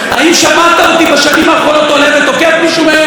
האם שמעת אותי בשנים האחרונות עולה ותוקף מישהו מהם?